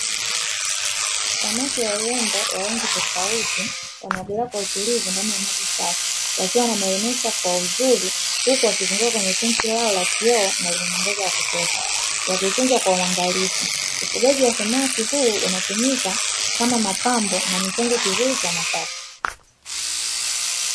Samaki wa urembo wa rangi tofauti wanaogelea kwa utulivu ndani ya maji safi wakiwa wanameremeta kwa uzuri, huku wakizunguka kwenye tangii lao la kioo na lenye mwangaza wa kutosha wakicheza kwa uangalifu, ufugaji wa samaki huu unatumika kama mapambo na ni chanzo kizuli cha mapato.